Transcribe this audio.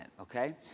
okay